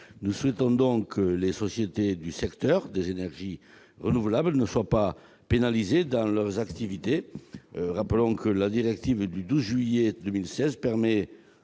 Nous souhaitons que les sociétés du secteur des énergies renouvelables ne soient pas pénalisées dans leurs activités. Rappelons que la directive du 12 juillet 2016 permet,